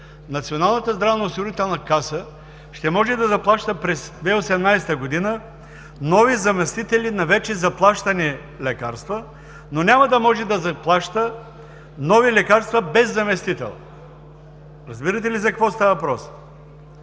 Национална здравноосигурителна каса ще може да заплаща през 2018 г. нови заместители на вече заплащани лекарства, но няма да може да заплаща нови лекарства без заместител. Разбирате ли за какво става въпрос?